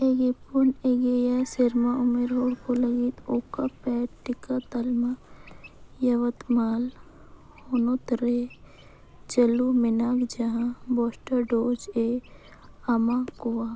ᱯᱮ ᱜᱮ ᱯᱩᱱ ᱯᱮ ᱜᱮ ᱮᱭᱟᱭ ᱥᱮᱨᱢᱟ ᱩᱢᱮᱨ ᱦᱚᱲ ᱠᱚ ᱞᱟᱹᱜᱤᱫ ᱚᱠᱟ ᱯᱮᱰ ᱴᱤᱠᱟᱹ ᱛᱟᱞᱢᱟ ᱮᱭᱟᱵᱚᱫᱢᱟᱞ ᱦᱚᱱᱚᱛ ᱨᱮ ᱪᱟᱹᱞᱩ ᱢᱮᱱᱟᱜ ᱡᱟᱦᱟᱸ ᱵᱩᱥᱴᱟᱨ ᱰᱳᱡ ᱮ ᱮᱢᱟ ᱠᱚᱣᱟ